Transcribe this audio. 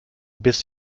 biss